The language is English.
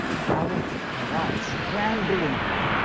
a helot arrives, trembling,